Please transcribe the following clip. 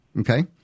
okay